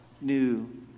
new